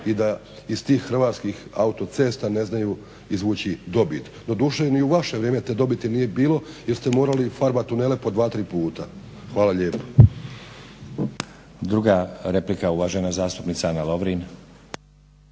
i da iz tih Hrvatskih autocesta ne znaju izvući dobit. Doduše, ni u vaše vrijeme te dobiti nije bilo, jer ste morali farbati tunele po 2, 3 puta. Hvala lijepo.